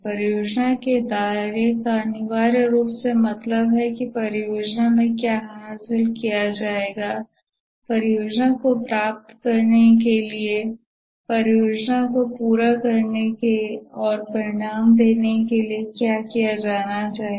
परियोजना के दायरे का अनिवार्य रूप से मतलब है कि परियोजना में क्या हासिल किया जाएगा परियोजना को प्राप्त करने के लिए परियोजना को पूरा करने और परिणाम देने के लिए क्या किया जाना चाहिए